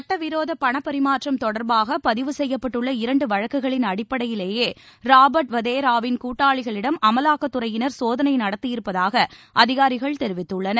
சட்டவிரோதபணபரிமாற்றம் தொடர்பாகபதிவு செய்யப்பட்டுள்ள இரண்டுவழக்குகளின் அடிப்படையிலேயேராபர்ட் கூட்டாளிகளிடம் வதேராவின் அமலாக்கத்துறையினர் சோதனைநடத்தியிருப்பதாகஅதிகாரிகள் தெரிவித்துள்ளனர்